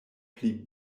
pli